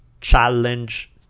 challenge